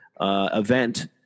event